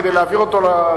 כדי להעביר אותו?